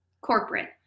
corporate